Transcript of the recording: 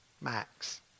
max